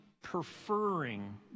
preferring